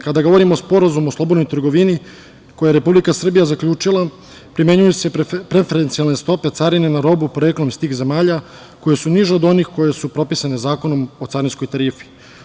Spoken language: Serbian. Kada govorimo o sporazumu o slobodnoj trgovini koju je Republika Srbija zaključila, primenjuju se preferencijalne stope carine na robu, poreklom iz tih zemalja koje su niže od onih koje su propisane Zakonom o carinskoj tarifi.